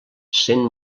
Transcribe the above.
sent